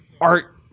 art